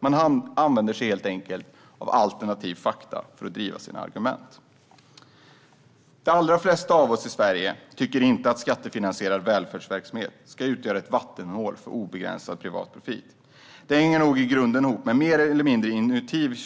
Man använder sig helt enkelt av "alternativa fakta" för att driva sina argument. De allra flesta av oss i Sverige tycker inte att skattefinansierad välfärdsverksamhet ska utgöra ett vattenhål för obegränsad privat profit. Det hänger nog i grunden ihop med en mer eller mindre intuitiv